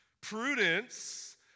Prudence